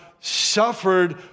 suffered